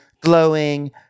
glowing